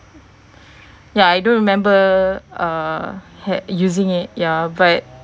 ya I don't remember uh ha~ using it ya but